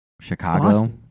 Chicago